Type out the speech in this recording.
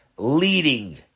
leading